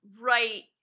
right